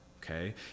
Okay